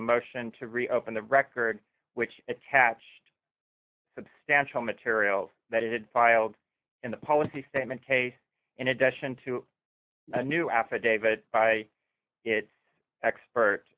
a motion to reopen the record which attached substantial materials that had filed in the policy statement case in addition to a new affidavit by its expert